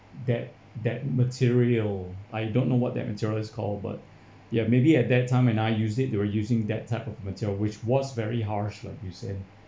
that that material I don't know what that material is called but ya maybe at that time when I use it they were using that type of material which was very harsh like you said